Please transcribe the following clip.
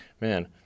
man